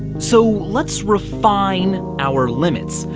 so let's refine our limits.